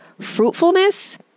fruitfulness